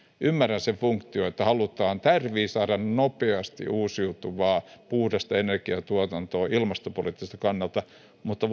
ymmärrän sen funktion että halutaan ja tarvitsee saada nopeasti uusiutuvaa puhdasta energiantuotantoa ilmastopoliittiselta kannalta mutta